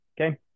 Okay